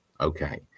Okay